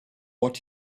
what